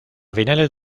finales